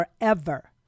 forever